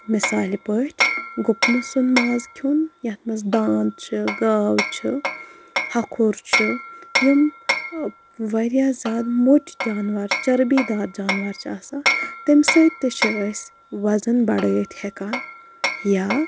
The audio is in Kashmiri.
مِثالہِ پٲٹھۍ گُپنہٕ سُنٛد ماز کھیوٚن یَتھ منٛز دانٛد چھِ گاو چھِ ہکھُر چھُ یِم واریاہ زیادٕ موٚٹۍ جاناوار چربیٖدار جاناوار چھِ آسان تٔمۍ سۭتۍ تہِ چھِ أسۍ وزَن بَڑٲیِتھ ہٮ۪کان یا